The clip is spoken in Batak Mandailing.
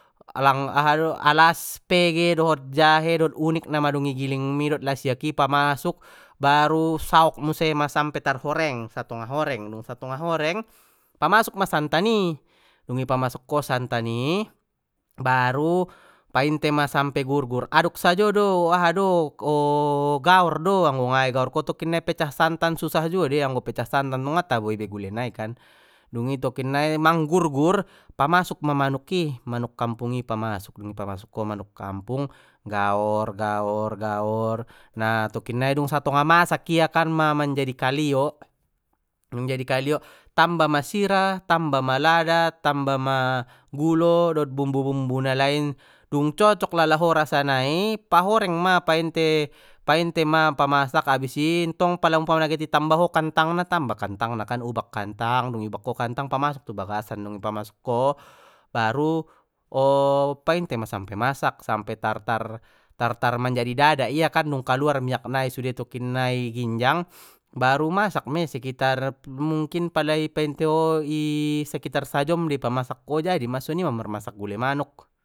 Lang aha do alas pege dohot jahe dohot unik na madung i giling mi dot lasiak i pamasuk baru saok musema sampe tarhoreng satonga horeng dung satonga horeng pamasuk ma santan i dung i pamasuk ko santan i baru painte ma sampe gurgur aduk sajo do aha do gaor do anggo nga i gaor ko tokinnai pecah santan susah dei juo dei anggo pecah santan tong nga tabo ibe gule nai kan dungi tokinnai manggurgur pamasuk ma manuk i manuk kampung i pamasuk dung i pamasuk ko manuk kampung gaor gaor gaor nah tokinnai dung satonga masak ia kan ma manjadi kaliok, manjadi kaliok tamba ma sira tamba ma lada tamba ma gulo dot bumbu na lain dung cocok lala ho rasa nai pahoreng ma painte painte ma pamasak habis i tong pala umpamana get i tamba ho kantang na tamba kantangna ubak kantang dung i ubak ko kantang pamasuk tu bagasan dung i pamasuk ko baru, o painte ma sampe masak sampe tar tar manjadi dadak ia kan dung kaluar miak nai sude i ginjang baru masak mei sekitar mungkin pala i painte ho i i sekitar sajom dei pamasakko jadima soni ma mar masak gule manuk.